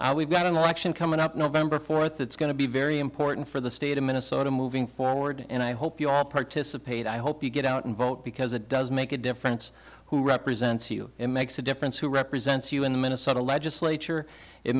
debate we've got an election coming up november fourth that's going to be very important for the state of minnesota moving forward and i hope you all participate i hope you get out and vote because it does make a difference who represents you and makes a difference who represents you in minnesota legislature it